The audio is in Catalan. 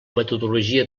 metodologia